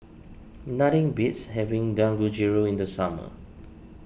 nothing beats having Dangojiru in the summer